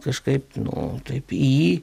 kažkaip nu taip į jį